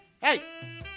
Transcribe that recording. Hey